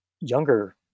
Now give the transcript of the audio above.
younger